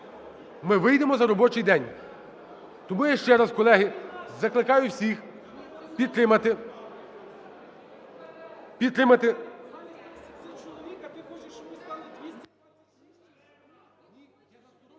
ми вийдемо за робочий день. Тому я ще раз, колеги, закликаю всіх підтримати,